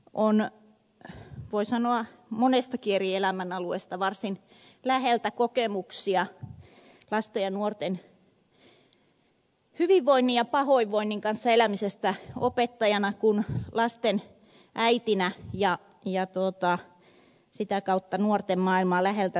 itselläni on voi sanoa moneltakin eri elämänalueelta varsin läheltä kokemuksia lasten ja nuorten hyvinvoinnin ja pahoinvoinnin kanssa elämisestä niin opettajana kuin lasten äitinä ja sitä kautta nuorten maailmaa läheltä tuntevana